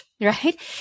Right